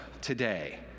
today